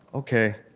ok,